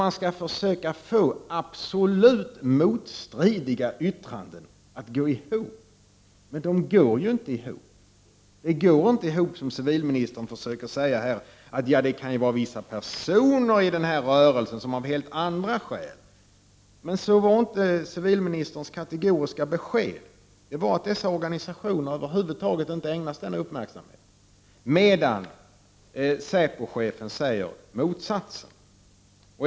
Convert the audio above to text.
Man försöker att få absolut motstridiga yttranden att gå ihop. Men de går ju inte ihop! Det går inte ihop när civilministern försöker säga att det av helt andra skäl kan gälla vissa personer i rörelsen. Men så var inte civilministerns kategoriska besked. Beskedet var att dessa organisationer över huvud taget inte ägnas denna uppmärksamhet. Men säpochefen säger motsatsen.